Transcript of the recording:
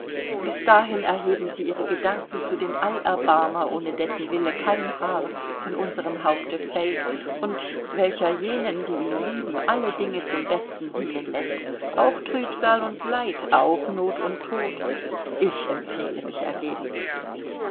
bis dahin erheben sie ihre gedanken zu dem allerbarmer ohne dessen wille kein haar von unserm haupte fällt und welcher jenen die ihn lieben alle dinge zum besten dienen läßt auch trübsal und leid auch not und tod ich empfehle mich ergebenst